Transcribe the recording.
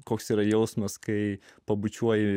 koks yra jausmas kai pabučiuoju